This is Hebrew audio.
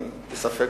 אני בספק.